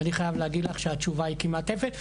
ואני חייב להגיד לך שהתשובה היא כמעט אפס,